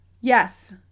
yes